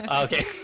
Okay